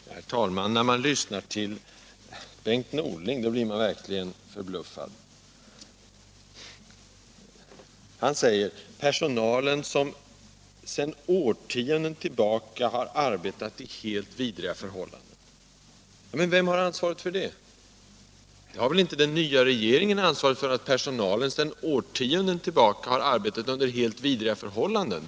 Herr talman! När man lyssnar till Bengt Norling blir man verkligen förbluffad. Han talar om att personalen sedan årtionden tillbaka har arbetat under helt vidriga förhållanden. Men vem har ansvaret för det? Den nya regeringen kan väl inte ha ansvaret för — jag använder här Bengt Norlings egna ord — att personalen sedan årtionden tillbaka har arbetat under helt vidriga förhållanden!